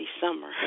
summer